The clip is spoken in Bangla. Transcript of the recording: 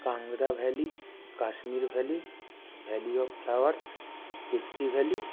Kangra valley Kashmir valley valley of flowers Ketti valley